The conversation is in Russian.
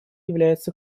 является